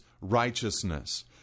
righteousness